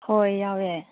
ꯍꯣꯏ ꯌꯥꯎꯋꯦ